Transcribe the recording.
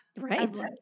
Right